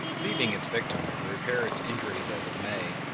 leaving its victim to repair its injuries as it may,